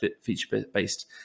feature-based